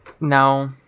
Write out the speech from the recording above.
No